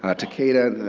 ah takeda,